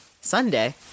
Sunday